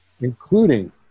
including